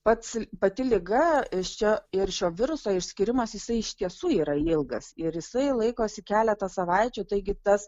pats pati liga iš čia ir šio viruso išskyrimas jisai iš tiesų yra ilgas ir jisai laikosi keletą savaičių taigi tas